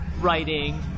writing